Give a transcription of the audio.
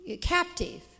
captive